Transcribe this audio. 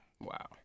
Wow